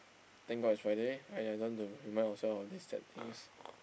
thank god it's Friday !aiya! I don't want to remind myself of these sad things